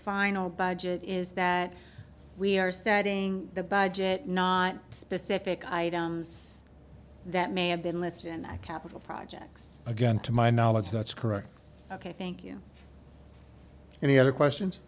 final budget is that we are setting the budget not specific items that may have been listed and that capital projects again to my knowledge that's correct ok thank you any other questions